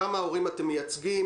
כמה הורים אתם מייצגים?